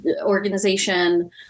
organization